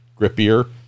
grippier